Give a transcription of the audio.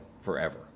forever